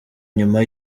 nyuma